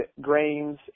grains